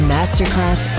Masterclass